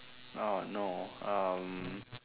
ah no um